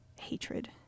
hatred